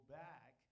back